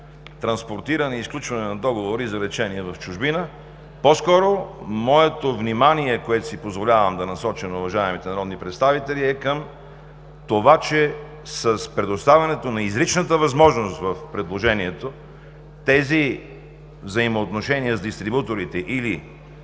транспортиране и сключване на договори за лечение в чужбина. По-скоро моето внимание, което си позволявам да насоча на уважаемите народни представители, е към това, че с предоставянето на изричната възможност в предложението тези взаимоотношения с дистрибуторите или